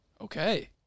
Okay